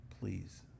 please